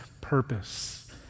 purpose